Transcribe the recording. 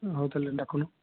ହଉ ତାହେଲେ ଡାକୁନ